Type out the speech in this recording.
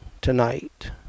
tonight